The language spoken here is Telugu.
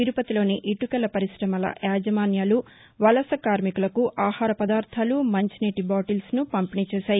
తిరుపతిలోని ఇటుకల పరిగ్రమ యాజమాన్యాలు వలస కార్మికులకు ఆహార పదార్గాలు మంచినీటి బాటిల్స్ను పంపిణీ చేశారు